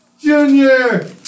Junior